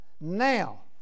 Now